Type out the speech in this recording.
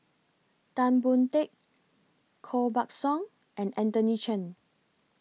Tan Boon Teik Koh Buck Song and Anthony Chen